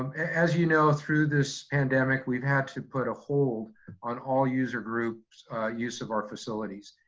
um as you know through this pandemic, we've had to put a hold on all user groups use of our facilities.